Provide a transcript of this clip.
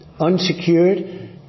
unsecured